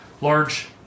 large